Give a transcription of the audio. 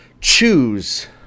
choose